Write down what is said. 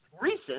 recent